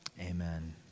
Amen